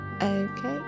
Okay